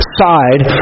side